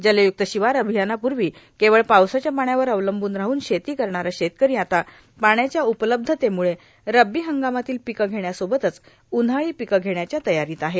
जलयुक्त र्शिवार र्आभयानापुर्वा केवळ पावसाच्या पाण्यावर अवलंबून राहून शेती करणारा शेतकरां आता पाण्याच्या उपलब्धतेमुळे रब्बी हंगामातील र्पिकं घेण्यासोबतच उन्हाळी र्पिकं घेण्याच्या तयारोत आहे